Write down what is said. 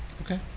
Okay